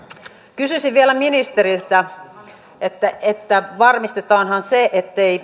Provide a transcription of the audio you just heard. kysyisin vielä ministeriltä varmistetaanhan se ettei